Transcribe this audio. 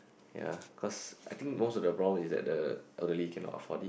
ya cause I think most of the problem is that the elderly cannot afford it